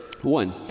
One